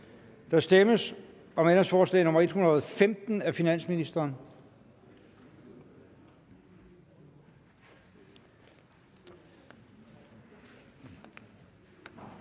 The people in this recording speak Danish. Der stemmes om ændringsforslag nr. 83 af finansministeren.